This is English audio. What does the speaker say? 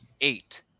Eight